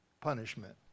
punishment